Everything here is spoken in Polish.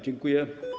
Dziękuję.